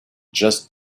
just